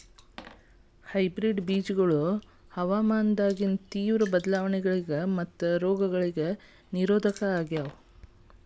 hybrid ಬೇಜಗೊಳ ಹವಾಮಾನದಾಗಿನ ತೇವ್ರ ಬದಲಾವಣೆಗಳಿಗ ಮತ್ತು ರೋಗಗಳಿಗ ನಿರೋಧಕ ಆಗ್ಯಾವ